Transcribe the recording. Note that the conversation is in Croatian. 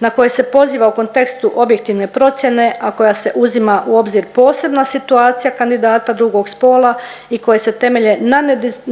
na koje se poziva u kontekstu objektivne procijene, a koja se uzima u obzir posebna situacija kandidata drugog spola i koje se temelje na